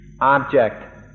object